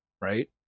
right